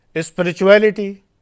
Spirituality